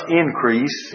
increase